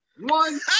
One